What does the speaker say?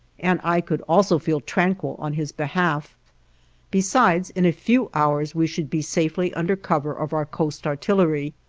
and i could also feel tranquil on his behalf besides in a few hours we should be safely under cover of our coast artillery.